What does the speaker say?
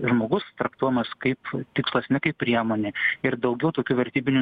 žmogus traktuojamas kaip tikslas ne kaip priemonė ir daugiau tokių vertybinių